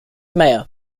meyer